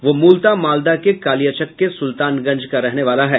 वह मूलतः मालदाह के कालियाचक के सुल्तानगंज का रहने वाला है